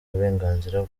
uburenganzira